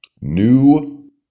New